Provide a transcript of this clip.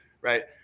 right